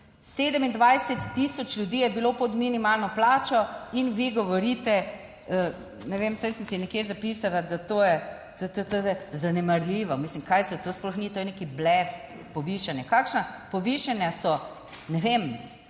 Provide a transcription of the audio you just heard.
27 tisoč ljudi je bilo pod minimalno plačo in vi govorite, ne vem, saj sem si nekje zapisala, da to je, ttt… zanemarljivo. Mislim, kaj to sploh ni? To je nek blef, povišanje, kakšna povišanja so, ne vem,